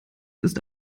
ist